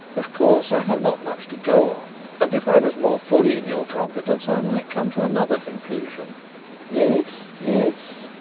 of course i have not much to go on, and if i was more fully in your confidence i might come to another conclusion yes, yes,